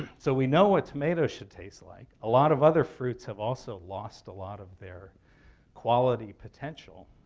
so we know what tomatoes should taste like. a lot of other fruits have also lost a lot of their quality potential,